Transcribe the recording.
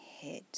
head